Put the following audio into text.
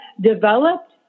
developed